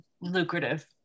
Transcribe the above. lucrative